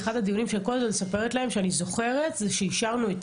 ואחד הדיונים שכל הזמן אני מספרת להם שאני זוכרת זה שאישרנו את